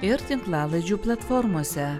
ir tinklalaidžių platformose